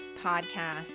Podcast